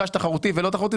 תחרותי ולא תחרותי.